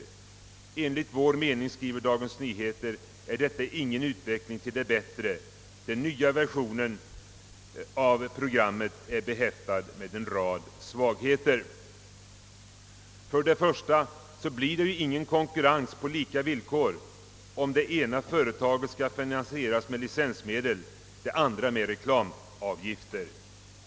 Enligt vår mening är detta ingen utveckling till det bättre, den nya versionen av programmet är behäftad med en rad svagheter. För det första blir det ju ingen konkurrens på lika villkor om det ena företaget skall finansieras med licensmedel, det andra med reklamavgifter.